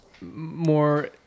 more